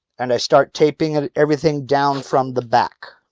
and i start taping everything down from the back.